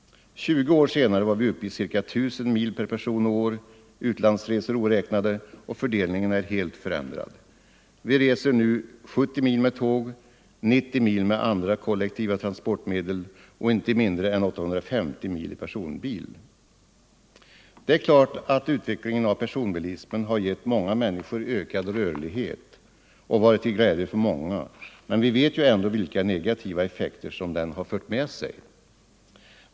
20 år senare är vi uppe i ca I 000 förändrad. Vi reser nu 70 mil med tåg, 90 mil med andra kollektiva transportmedel och inte mindre än 850 mil i personbil. Det är klart att utvecklingen av personbilismen har gett många människor ökad rörlighet och varit till glädje för många, men vi vet ändå vilka negativa effekter den har fört med sig.